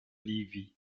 lévis